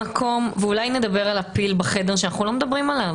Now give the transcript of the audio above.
אולי נדבר על הפיל בחדר שאנחנו לא מדברים עליו.